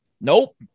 nope